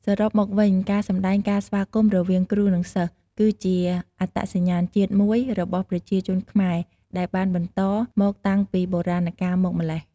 សរុបមកវិញ ការសម្ដែងការស្វាគមន៌រវាងគ្រូ និងសិស្សគឺជាអត្តសញ្ញាណជាតិមួយរបស់ប្រជាជនខ្មែរដែលបានបន្តមកតាំងពីបុរាណកាលមកម្ល៉េះ។